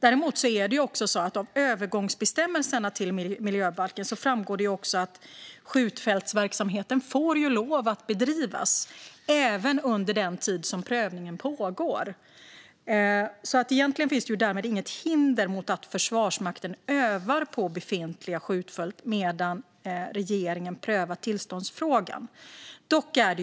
Av miljöbalkens övergångsbestämmelser framgår dock att skjutfältsverksamhet får lov att bedrivas även under den tid som prövningen pågår. Därmed finns egentligen inget hinder för Försvarsmakten att öva på befintliga skjutfält medan regeringen prövar tillståndsfrågan.